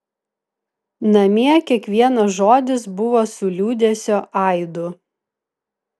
namie kiekvienas žodis buvo su liūdesio aidu